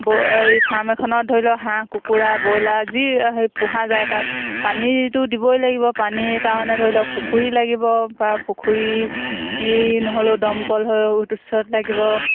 এই ফাৰ্ম এখনত ধৰি লওক হাঁহ কুকুৰা ব্ৰয়লাৰ যি হেৰি পোহা যায় তাত পানীটো দিবই লাগিব পানীৰ কাৰণে ধৰি লওক পুখুৰী লাগিব বা পুখুৰী নহ'লেও দমকল হ'লেওতো ওচৰত লাগিব